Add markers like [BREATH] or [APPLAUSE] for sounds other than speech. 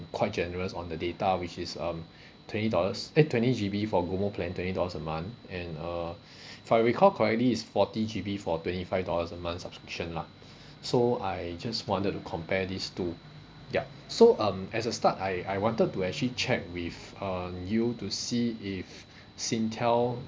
quite generous on the data which is um [BREATH] twenty dollars eh twenty G_B for GOMO plan twenty dollars a month and uh [BREATH] if I recall correctly it's forty G_B for twenty five dollars a month subscription lah so I just wanted to compare these two yup so um as a start I I wanted to actually check with um you to see if Singtel